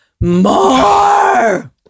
more